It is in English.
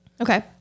Okay